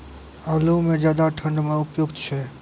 आलू म ज्यादा ठंड म उपयुक्त छै?